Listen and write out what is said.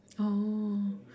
oh